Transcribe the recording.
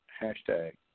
hashtag